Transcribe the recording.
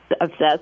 obsessed